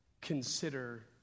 consider